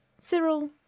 Cyril